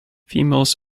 females